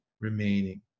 remaining